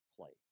place